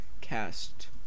cast